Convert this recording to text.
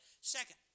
Second